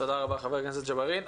תודה רבה, חבר הכנסת ג'בארין.